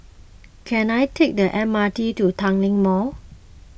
can I take the M R T to Tanglin Mall